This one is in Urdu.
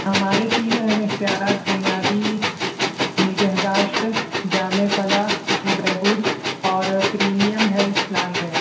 ہمارے تین اہم اختیارات بنیادی نگہ داشت جامع فلاح و بہبود اور پریمیم ہیلتھ پلانز ہیں